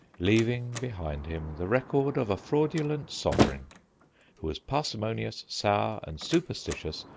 leaving behind him the record of a fraudulent sovereign who was parsimonious, sour, and superstitious,